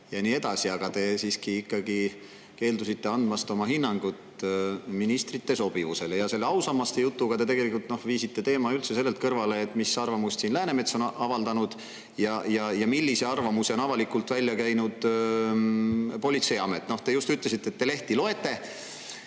ja nii edasi, aga te siiski ikkagi keeldusite andmast oma hinnangut ministrite sobivusele. Ja selle ausammaste jutuga te tegelikult viisite teema üldse sellelt kõrvale, et mis arvamust siin Läänemets on avaldanud ja millise arvamuse on avalikult välja käinud Politseiamet. Te just ütlesite, et te lehti loete.